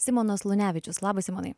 simonas lunevičius labas simonai